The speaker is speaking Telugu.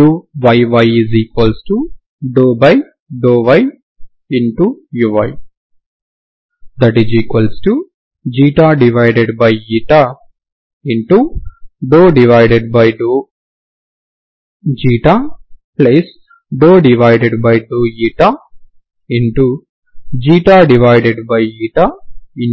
uyy∂yuy∂ηuu